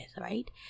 right